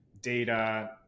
data